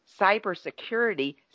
cybersecurity